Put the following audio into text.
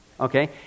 Okay